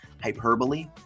hyperbole